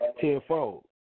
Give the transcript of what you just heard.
tenfold